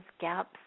gaps